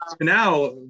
Now